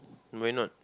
no why not